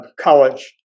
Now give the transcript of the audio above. college